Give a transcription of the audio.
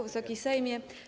Wysoki Sejmie!